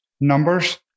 numbers